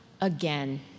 again